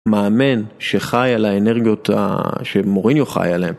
מאמן שחי על האנרגיות שמוריניו חי עליהן.